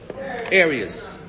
areas